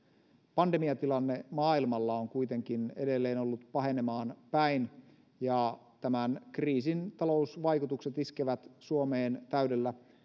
pandemiatilanne maailmalla on kuitenkin edelleen ollut pahenemaan päin ja tämän kriisin talousvaikutukset iskevät suomeen täydellä